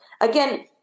again –